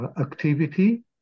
activity